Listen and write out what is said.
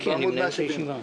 בוצעה הקצאה